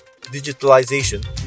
digitalization